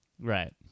right